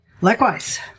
Likewise